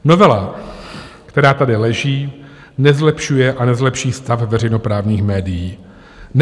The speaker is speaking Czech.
Novela, která tady leží, nezlepšuje a nezlepší stav veřejnoprávních médií.